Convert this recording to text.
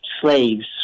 slaves